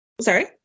sorry